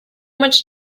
much